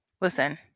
Listen